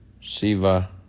Siva